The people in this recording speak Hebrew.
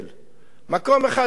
מקום אחד זה פה, בכנסת.